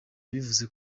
ubivuze